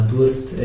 Durst